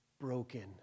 broken